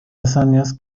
hazañas